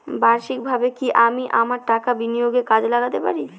বার্ষিকভাবে কি আমি আমার টাকা বিনিয়োগে কাজে লাগাতে পারি?